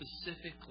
specifically